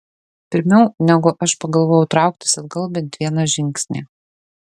pirmiau negu aš pagalvojau trauktis atgal bent vieną žingsnį